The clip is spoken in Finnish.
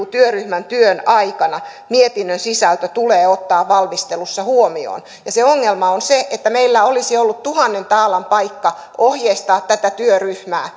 työryhmän työn aikana mietinnön sisältö tulee ottaa valmistelussa huomioon ja se ongelma on se että meillä olisi ollut tuhannen taalan paikka ohjeistaa tätä työryhmää